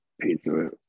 pizza